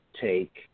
take